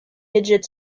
midget